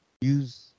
use